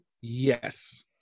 yes